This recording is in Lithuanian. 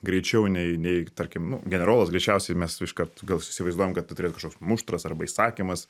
greičiau nei nei tarkim nu generolas greičiausiai mes iškart gal įsivaizduojam kad turėtų kažkoks muštras arba įsakymas